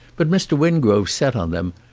but mr. wingrove's set on them.